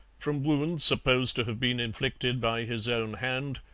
from wounds supposed to have been inflicted by his own hand,